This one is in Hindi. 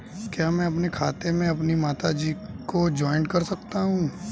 क्या मैं अपने खाते में अपनी माता जी को जॉइंट कर सकता हूँ?